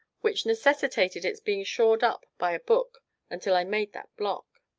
which necessitated its being shored up by a book until i made that block.